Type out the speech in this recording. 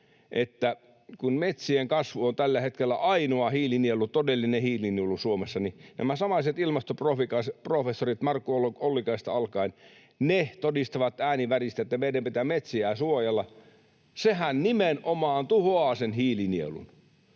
että kun metsien kasvu on tällä hetkellä ainoa todellinen hiilinielu Suomessa, niin nämä samaiset ilmastoprofessorit Markku Ollikaisesta alkaen todistavat ääni väristen, että meidän pitää metsiä suojella. Sehän nimenomaan tuhoaa sen hiilinielun.